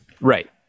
Right